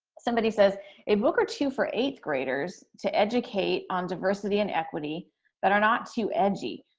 somebody says a book or two for eighth graders to educate on diversity and equity that are not too edgy.